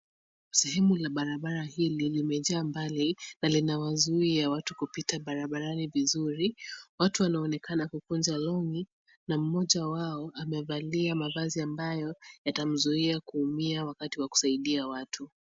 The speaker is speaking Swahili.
Sehemu ya barabara hili limejaa maji na linawazuia watu kupita barabarni vizuri. Watu wanaonekana kukunja longi na mmoja wao amevalia mavazi amabayo yatamzuia kuumia wakati wa kusaidia watu.